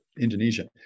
Indonesia